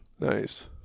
Nice